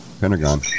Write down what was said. pentagon